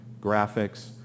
graphics